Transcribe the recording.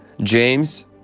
James